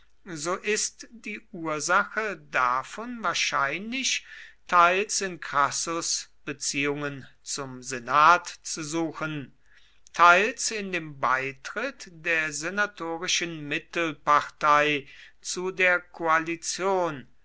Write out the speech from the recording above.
so ist die ursache davon wahrscheinlich teils in crassus beziehungen zum senat zu suchen teils in dem beitritt der senatorischen mittelpartei zu der koalition